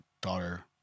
daughter